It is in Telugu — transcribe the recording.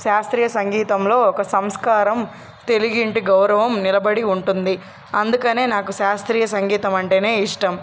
శాస్త్రీయ సంగీతంలో ఒక సంస్కారం తెలుగు ఇంటి గౌరవం నిలబడి ఉంటుంది అందుకని నాకు శాస్త్రీయ సంగీతం అంటే నా ఇష్టం